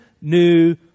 new